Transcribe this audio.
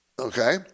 Okay